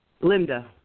Linda